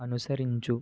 అనుసరించు